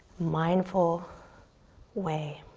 mindful way.